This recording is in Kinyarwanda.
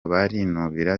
barinubira